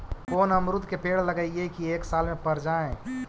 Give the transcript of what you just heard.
कोन अमरुद के पेड़ लगइयै कि एक साल में पर जाएं?